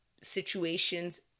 situations